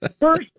First